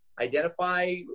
identify